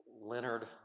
Leonard